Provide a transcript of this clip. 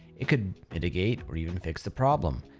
it could mitigate or even fix the problem.